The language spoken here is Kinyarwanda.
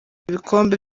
ibikombe